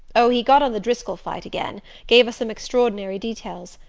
oh, he got on the driscoll fight again gave us some extraordinary details.